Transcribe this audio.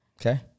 Okay